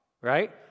right